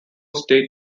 state